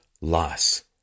loss